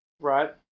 right